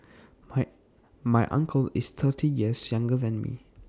my uncle is thirty years younger than me